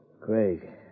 Craig